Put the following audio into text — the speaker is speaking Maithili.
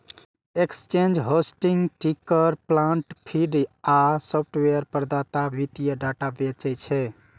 exchange, hosting, ticker plant feed आ सॉफ्टवेयर प्रदाता वित्तीय डाटा बेचै छै